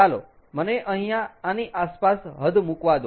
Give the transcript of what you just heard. ચાલો મને અહીંયા આની આસપાસ હદ મુકવા દો